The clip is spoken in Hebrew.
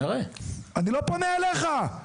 אני לא פונה אליך.